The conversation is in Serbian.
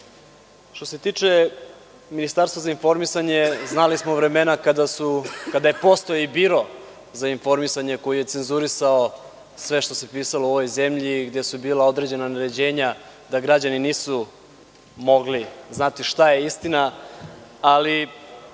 Što se tiče Ministarstva za informisanje, znali smo vremena kada je postojao i Biro za informisanje koji je cenzurisao sve što se pisalo o ovoj zemlji i gde su bila određena naređenja da građani nisu mogli znati šta je istina. Ali,